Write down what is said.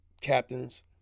Captains